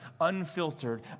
unfiltered